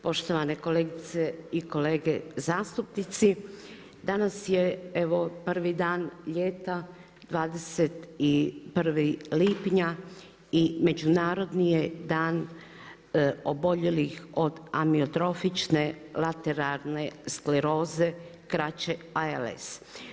Poštovane kolegice i kolege zastupnici, danas je evo prvi dan ljeta, 21. lipnja i Međunarodni je dan oboljelih od amiotrofične lateralne skleroze, kraće ALS.